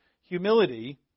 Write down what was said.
Humility